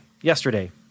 yesterday